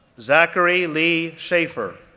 zachary lee schaeffer,